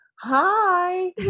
Hi